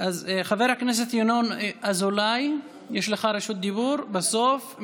אז חבר הכנסת ינון אזולאי, יש לך רשות דיבור בסוף.